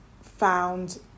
found